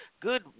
good